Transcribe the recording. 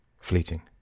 fleeting